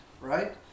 right